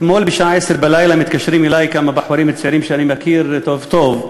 אתמול בשעה 22:00 מתקשרים אלי כמה בחורים צעירים שאני מכיר טוב-טוב,